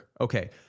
okay